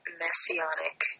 messianic